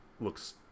looks